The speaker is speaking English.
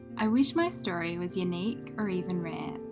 i wish my story was unique or even rare,